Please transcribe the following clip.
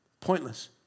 pointless